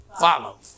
Follow